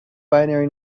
binary